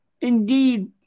indeed